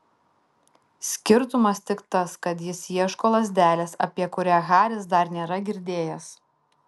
skirtumas tik tas kad jis ieško lazdelės apie kurią haris dar nėra girdėjęs